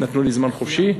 נתנו לי זמן חופשי?